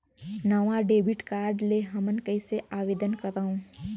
नवा debit card ले हमन कइसे आवेदन करंव?